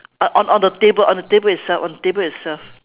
uh on on the table on the table itself on the table itself